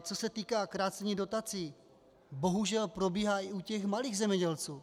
Co se týká krácení dotací, bohužel probíhá i u malých zemědělců.